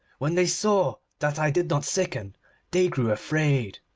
when they saw that i did not sicken they grew afraid.